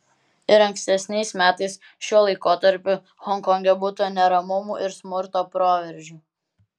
ir ankstesniais metais šiuo laikotarpiu honkonge būta neramumų ir smurto proveržių